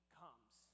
comes